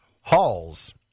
Halls